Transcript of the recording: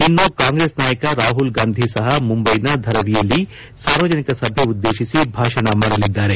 ಇನ್ನು ಕಾಂಗ್ರೆಸ್ ನಾಯಕ ರಾಹುಲ್ ಗಾಂಧಿ ಸಹ ಮುಂಬೈನ ಧರವಿಯಲ್ಲಿ ಸಾರ್ವಜನಿಕ ಸಭೆ ಉದ್ದೇಶಿಸಿ ಭಾಷಣ ಮಾಡಲಿದ್ದಾರೆ